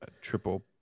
triple